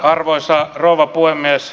arvoisa rouva puhemies